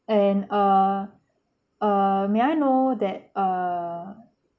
and err err may I know that err